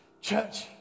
Church